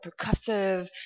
percussive